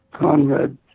Conrad